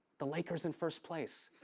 the lakers in first place.